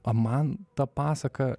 o man ta pasaka